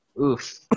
Oof